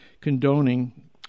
condoning